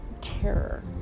Terror